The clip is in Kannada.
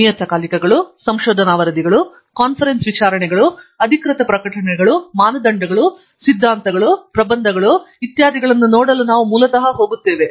ನಿಯತಕಾಲಿಕಗಳು ಸಂಶೋಧನಾ ವರದಿಗಳು ಕಾನ್ಫರೆನ್ಸ್ ವಿಚಾರಣೆಗಳು ಅಧಿಕೃತ ಪ್ರಕಟಣೆಗಳು ಮಾನದಂಡಗಳು ಸಿದ್ಧಾಂತಗಳು ಪ್ರಬಂಧಗಳು ಇತ್ಯಾದಿಗಳನ್ನು ನೋಡಲು ನಾವು ಮೂಲತಃ ಹೋಗುತ್ತೇವೆ